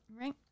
right